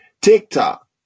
TikTok